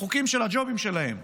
החוקים של הג'ובים שלהם.